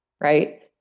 right